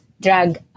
drug